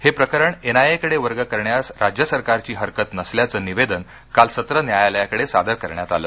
हे प्रकरण एनआयएकडे वर्ग करण्यास राज्य सरकारची हरकत नसल्याचं निवेदन काल सत्र न्यायालयाकडे सादर करण्यात आलं